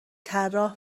طراح